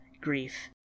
grief